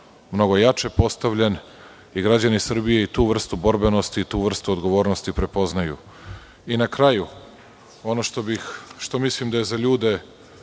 mnogo jače postavljen, i građani Srbije i tu vrstu borbenosti i tu vrstu odgovornosti prepoznaju. Na kraju, ono što mislim da je za ljude